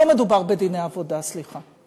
לא מדובר בדיני עבודה, סליחה.